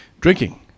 drinking